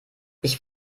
ich